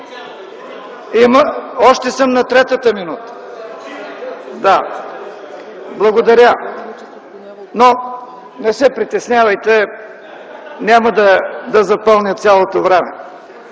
Още съм на третата минута. Но не се притеснявайте, няма да запълня цялото време.